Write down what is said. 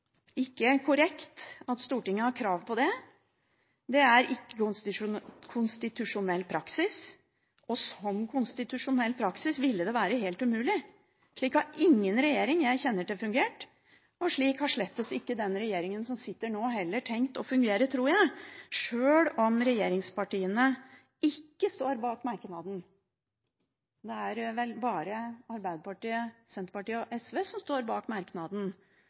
ikke korrekt at Stortinget har krav på det. Det er ikke konstitusjonell praksis, og som konstitusjonell praksis ville det være helt umulig. Slik har ingen regjering jeg kjenner til, fungert, og slik har slett ikke den regjeringen som sitter nå, heller tenkt å fungere – tror jeg – sjøl om regjeringspartiene ikke står bak merknaden. Det er vel bare Arbeiderpartiet, Senterpartiet og SV som står bak merknaden